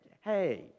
Hey